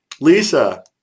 Lisa